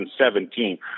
2017